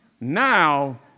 Now